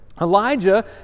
Elijah